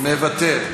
מוותר.